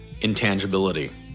Intangibility